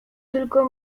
tylko